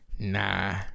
Nah